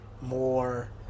more